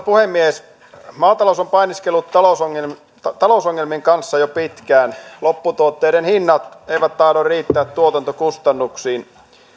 puhemies maatalous on painiskellut talousongelmien talousongelmien kanssa jo pitkään lopputuotteiden hinnat eivät tahdo riittää tuotantokustannuksiin